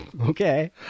Okay